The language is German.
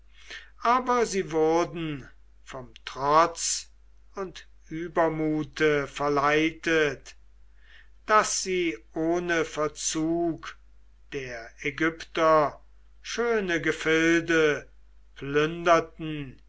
aber sie wurden vom trotz und übermute verleitet daß sie ohne verzug der aigypter schöne gefilde plünderten